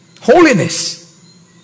Holiness